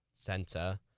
center